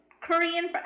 Korean